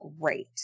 Great